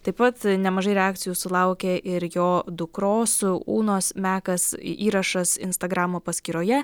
taip pat nemažai reakcijų sulaukė ir jo dukros unos mekas įrašas instagramo paskyroje